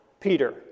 Peter